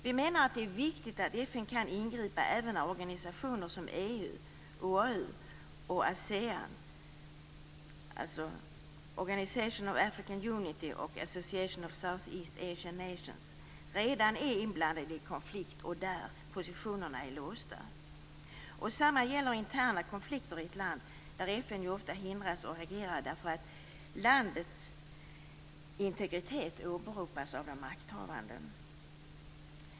Vi menar att det är viktigt att FN kan ingripa även när organisationer som EU, OAU och ASEAN - dvs. Organisation of African Unity och Association of Southeastasian Nations - redan är inblandade i konflikt och där positionerna är låsta. Samma sak gäller interna konflikter i ett land, där FN ofta hindras att agera därför att landets integritet åberopas av de makthavande.